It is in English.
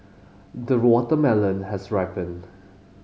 the watermelon has ripened